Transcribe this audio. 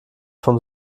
vom